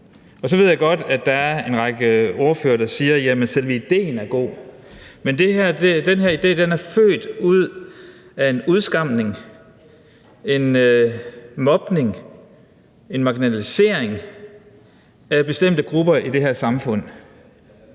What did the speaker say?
Så ved jeg godt, at der er en række ordførere, der siger, at selve idéen er god. Men den her idé er født af en udskamning, en mobning, en marginalisering af bestemte grupper i det her samfund.